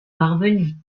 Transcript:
parvenues